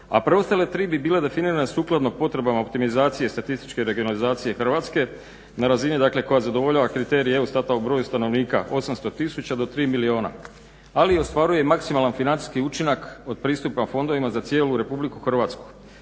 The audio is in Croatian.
a preostale tri bi bile definirane sukladno potrebama optimizacije statističke regionalizacije Hrvatske na razini koja dakle zadovoljava kriterije Eurostata o broju stanovnika 8000 do 3 milijuna, ali ostvaruje maksimalan financijski učinaka od pristupa fondovima za cijelu RH. Dakle